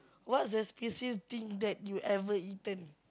what's the spiciest thing that you ever eaten